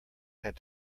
had